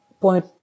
point